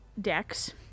decks